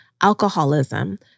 alcoholism